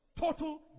Total